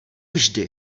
vždy